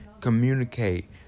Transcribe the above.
communicate